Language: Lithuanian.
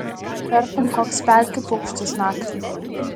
tartum koks pelkių paukštis naktį